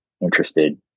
interested